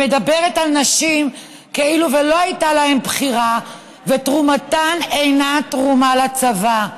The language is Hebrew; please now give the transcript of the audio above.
מדברת על נשים כאילו שלא הייתה להן בחירה ותרומתן אינה תרומה לצבא.